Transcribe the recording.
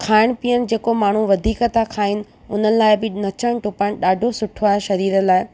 खाइणु पीअणु जेको माण्हूं वधीक था खाइनि उन्हनि लाइ बि नचणु टुपणु ॾाढो सुठो आहे शरीर लाइ